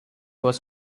was